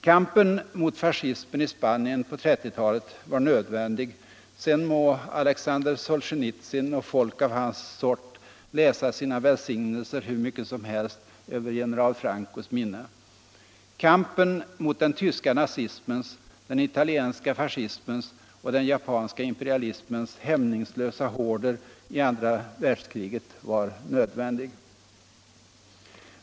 Kampen mot fascismen i Spanien på 1930-talet var nödvändig — sedan må Alexander Solzjenitsyn och folk av hans sort läsa sina välsignelser hur mycket som helst över general Francos minne. Kampen mot den tyska nazismens, den italienska fascismens och den japanska imperialismens hämningslösa horder i andra världskriget var nödvändig.